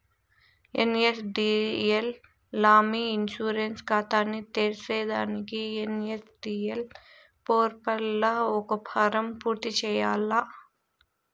NSDL లా మీ insurance కాతాని తెర్సేదానికి ఎన్.ఎస్.డి.ఎల్ పోర్పల్ల ఒక ఫారం పూర్తి చేయాల్ల